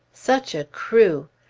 such a crew!